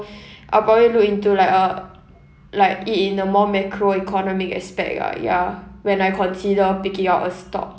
I'll probably look into like uh like i~ in a more macroeconomic aspect ah ya when I consider picking out a stock